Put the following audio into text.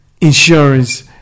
insurance